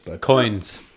Coins